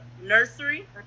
nursery